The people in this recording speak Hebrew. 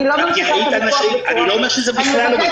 אני לא אומר שזה בכלל לא מגיע,